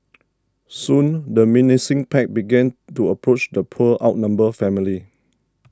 soon the menacing pack began to approach the poor outnumbered family